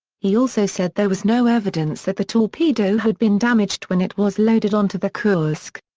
he also said there was no evidence that the torpedo had been damaged when it was loaded onto the kursk.